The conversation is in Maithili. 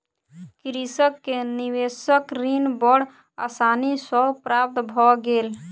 कृषक के निवेशक ऋण बड़ आसानी सॅ प्राप्त भ गेल